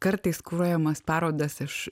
kartais kuruojamas parodas aš